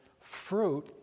fruit